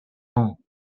tant